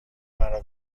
مرا